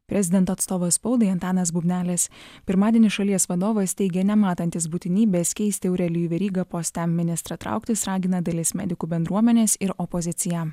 prezidento atstovas spaudai antanas bubnelis pirmadienį šalies vadovas teigė nematantis būtinybės keisti aurelijų verygą poste ministrą trauktis ragina dalis medikų bendruomenės ir opozicija